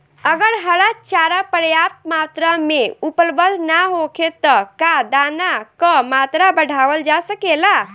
अगर हरा चारा पर्याप्त मात्रा में उपलब्ध ना होखे त का दाना क मात्रा बढ़ावल जा सकेला?